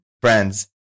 friends